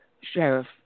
Sheriff